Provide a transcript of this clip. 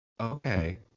okay